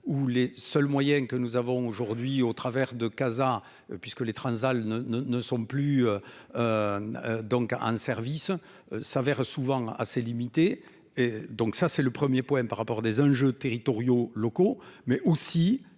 où les seuls moyens que nous avons aujourd'hui au travers de Casa puisque les Transal ne ne ne sont plus. Donc en service s'avère souvent assez limité et donc ça c'est le 1er point par rapport à des enjeux territoriaux locaux mais aussi,